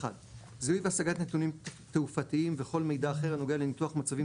זיהוי והשגת נתונים תעופתיים וכל מידע אחר הנוגע לניתוח מצבים